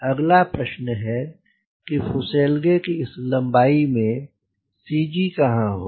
अगला प्रश्न आता है फुसेलगे की इस लम्बाई में C G कहाँ होगा